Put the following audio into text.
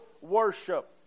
worship